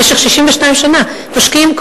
במשך 62 שנה משקיעים,